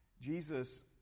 Jesus